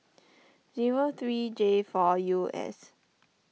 zero three J four U S